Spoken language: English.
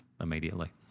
immediately